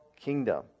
kingdom